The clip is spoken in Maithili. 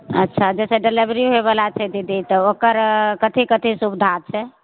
अच्छा जैसे डलेबरी होइ बला छै दीदी तऽ ओकर कथी कथी सुबिधा छै